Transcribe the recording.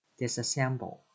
Disassemble